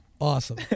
Awesome